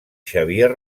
xavier